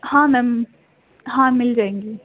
ہاں میم ہاں مل جائیں گی